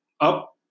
up